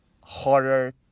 horror